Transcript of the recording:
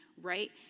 right